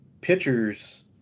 pitchers